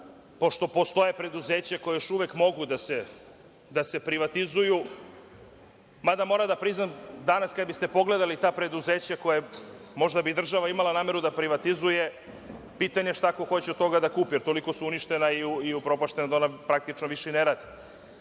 pošto postoje preduzeća koja još uvek mogu da se privatizuju, mada, moram da priznam, danas kada biste pogledali ta preduzeća, možda bi država imala nameru da privatizuje, ali, pitanje je šta ko hoće od toga od kupi, jer, toliko su uništena i upropaštena da ona praktično više i ne rade.